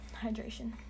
hydration